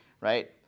right